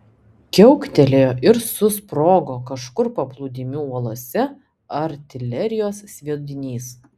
kiauktelėjo ir susprogo kažkur paplūdimių uolose artilerijos sviedinys